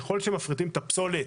ככל שמפרידים את הפסולת